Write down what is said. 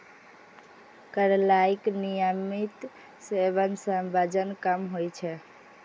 करैलाक नियमित सेवन सं वजन कम होइ छै